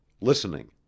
listening